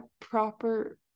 proper